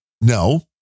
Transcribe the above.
no